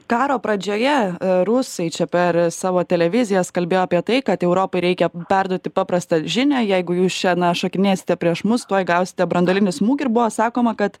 karo pradžioje rusai čia per savo televizijas kalbėjo apie tai kad europai reikia perduoti paprastą žinią jeigu jūs čia na šokinėsite prieš mus tuoj gausite branduolinį smūgį ir buvo sakoma kad